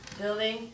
building